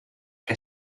que